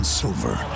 silver